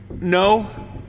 No